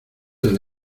del